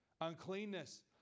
uncleanness